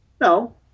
No